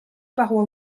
paroi